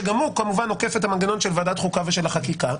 שגם הוא כמובן עוקף את המנגנון של ועדת חוקה ושל החקיקה,